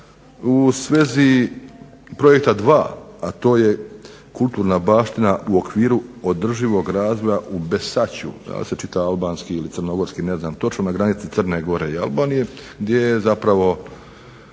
u svezi projekta dva, a to je kulturna baština u okviru održivog razvoja u Besaću. Ne znam da li se čita albanski ili crnogorski, ne znam točno. Na granici Crne Gore i Albanije gdje je zapravo